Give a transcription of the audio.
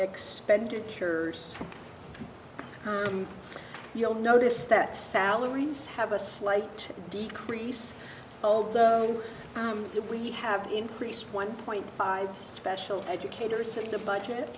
expenditures you'll notice that salaries have a slight decrease although we have increased one point five special educator since the budget